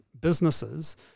businesses